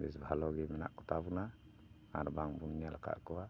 ᱵᱮᱥ ᱵᱷᱟᱞᱚ ᱜᱮ ᱢᱮᱱᱟᱜ ᱠᱚᱛᱟ ᱵᱚᱱᱟ ᱟᱨ ᱵᱟᱝ ᱵᱚᱱ ᱧᱮᱞ ᱠᱟᱫ ᱠᱚᱣᱟ